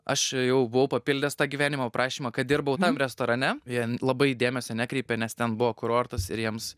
aš jau buvau papildęs tą gyvenimo aprašymą kad dirbau restorane jie labai dėmesio nekreipė nes ten buvo kurortas ir jiems